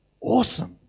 awesome